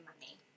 money